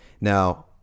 Now